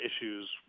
issues